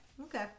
Okay